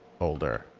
older